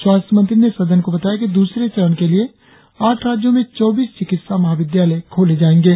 स्वास्थ्य मंत्री ने सदन को बताया कि दूसरे चरण के लिए आठ राज्यों में चौबीस चिकित्सा महाविद्यालय खोले जाएंगे